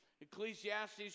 Ecclesiastes